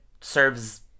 serves